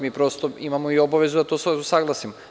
Mi prosto imamo i obavezu da to usaglasimo.